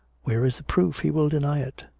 where is the proof he will deny it.